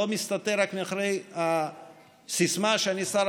לא מסתתר רק מאחורי הסיסמה שאני שר